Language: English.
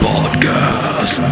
Podcast